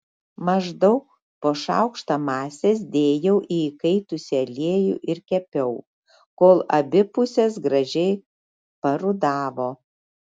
maždaug po šaukštą masės dėjau į įkaitusį aliejų ir kepiau kol abi pusės gražiai parudavo